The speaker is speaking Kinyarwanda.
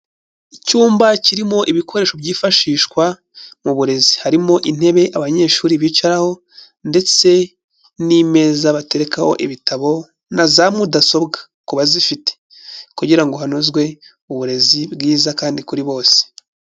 Icyumba kirimo ibikoresho byifashishwa mu burezi, harimo intebe abanyeshuri bicaraho ndetse n'imeza baterekaho ibitabo na za mudasobwa ku bazifite kugira ngo hanozwe uburezi bwiza kandi kuri bose.